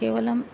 केवलम्